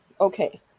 okay